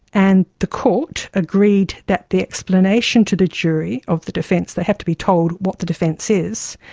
and the court agreed that the explanation to the jury of the defence, they have to be told what the defence is,